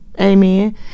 Amen